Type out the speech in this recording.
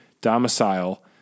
domicile